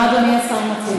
מה אדוני השר מציע?